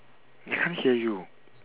I can't hear you